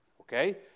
okay